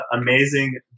amazing